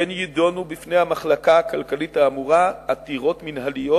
כמו כן יידונו בפני המחלקה הכלכלית האמורה עתירות מינהליות